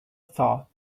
thought